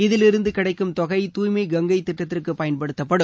இதில் இருந்து கிடைக்கும் தொகை தூய்மை கங்கை திட்டத்திற்கு பயன்படுத்தப்படும்